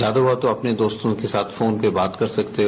ज्यादा हुआ तो अपने दोस्तों के साथ फोन पर बात भी कर सकते हैं